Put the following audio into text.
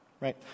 Right